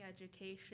education